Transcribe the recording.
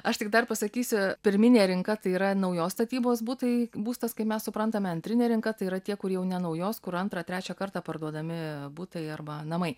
aš tik dar pasakysiu pirminė rinka tai yra naujos statybos butai būstas kaip mes suprantame antrinė rinka tai yra tie kur jau ne naujos kur antrą trečią kartą parduodami butai arba namai